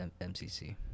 MCC